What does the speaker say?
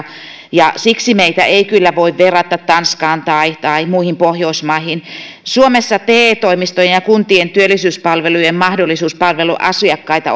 ja siksi meitä ei kyllä voi verrata tanskaan tai tai muihin pohjoismaihin suomessa te toimistojen ja kuntien työllisyyspalvelujen mahdollisuus palvella asiakkaita